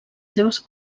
seves